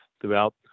throughout